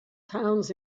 towns